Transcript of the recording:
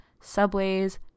subways